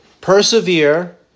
persevere